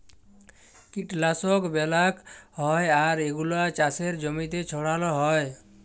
কীটলাশক ব্যলাক হ্যয় আর এগুলা চাসের জমিতে ছড়াল হ্য়য়